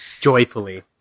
Joyfully